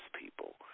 people